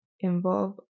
involve